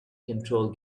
control